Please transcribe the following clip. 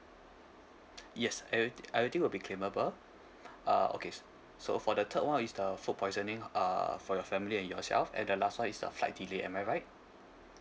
yes I I would think would be claimable uh okay so for the third one is the food poisoning uh for your family and yourself and the last one is the flight delay am I right